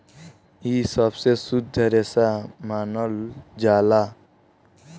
इ सबसे शुद्ध रेसा मानल जाला